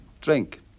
drink